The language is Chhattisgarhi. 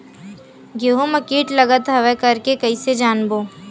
गेहूं म कीट लगत हवय करके कइसे जानबो?